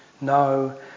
no